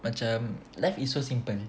macam life is so simple